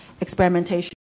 experimentation